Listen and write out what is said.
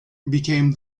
became